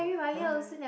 hi